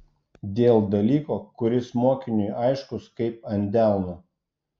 dėl dalyko kuris mokiniui aiškus kaip ant delno